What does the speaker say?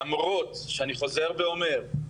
למרות שאני חוזר ואומר,